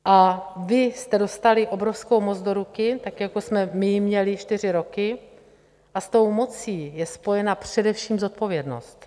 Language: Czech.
A vy jste dostali obrovskou moc do ruky, tak jako jsme my ji měli čtyři roky, a s tou mocí je spojena především zodpovědnost.